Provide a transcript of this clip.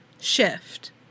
shift